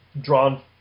drawn